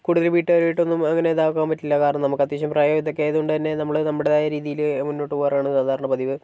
കൂടുതലും വീട്ടുകാരായിട്ടൊന്നും അങ്ങനെ ഇതാക്കാൻ പറ്റില്ല കാരണം നമുക്കത്യാവശ്യം പ്രായോം ഇതൊക്കെ ആയതുകൊണ്ടുതന്നെ നമ്മൾ നമ്മുടെതായ രീതിയിൽ മുന്നോട്ട് പോവാറാണ് സാധാരണ പതിവ്